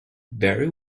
very